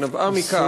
שנבעה מכך,